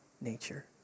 nature